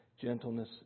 gentleness